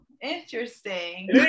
interesting